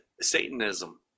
satanism